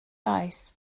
ice